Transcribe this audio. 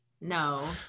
No